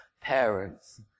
parents